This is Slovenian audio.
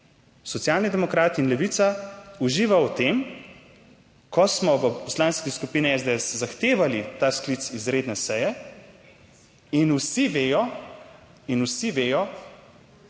Socialni demokrati in Levica uživa v tem, ko smo v Poslanski skupini SDS zahtevali ta sklic izredne seje in vsi vejo